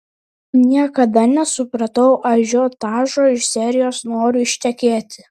niekada nesupratau ažiotažo iš serijos noriu ištekėti